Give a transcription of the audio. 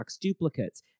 duplicates